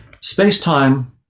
space-time